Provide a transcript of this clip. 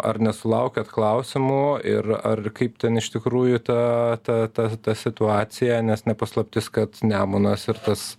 ar nesulaukiat klausimų ir ar kaip ten iš tikrųjų ta ta ta ta situacija nes ne paslaptis kad nemunas ir tas